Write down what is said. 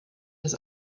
des